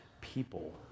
people